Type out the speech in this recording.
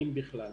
אם בכלל.